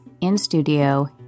in-studio